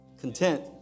Content